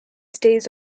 stays